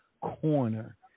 corner